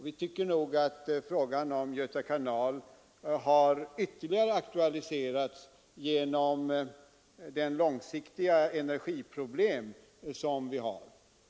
Vi tycker nog att frågan om Göta kanal ytterligare har aktualiserats genom det långsiktiga energiproblem som vi har.